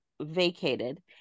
vacated